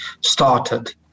started